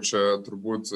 čia turbūt